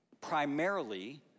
primarily